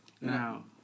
Now